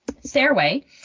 stairway